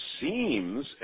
seems